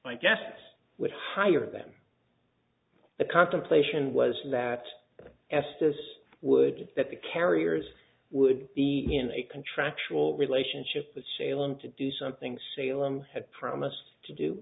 my guests would hire them the contemplation was that s s would that the carriers would be in a contractual relationship with sailing to do something salem had promised to do